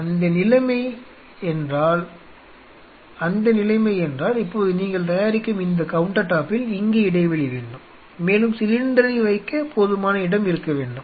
அந்த நிலைமை என்றால் இப்போது நீங்கள் தயாரிக்கும் இந்த கவுண்டர்டாப்பில் இங்கே இடைவெளி வேண்டும் மேலும் சிலிண்டரை வைக்க போதுமான இடம் இருக்க வேண்டும்